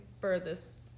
furthest